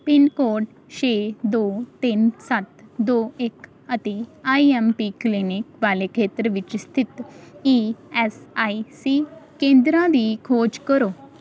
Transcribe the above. pin code ਛੇ ਦੋ ਤਿੰਨ ਸੱਤ ਦੋ ਇੱਕ ਅਤੇ ਆਈ ਐੱਮ ਪੀ ਕਲੀਨਿਕ ਵਾਲੇ ਖੇਤਰ ਵਿੱਚ ਸਥਿਤ ਈ ਐੱਸ ਆਈ ਸੀ ਕੇਂਦਰਾਂ ਦੀ ਖੋਜ ਕਰੋ